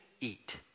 eat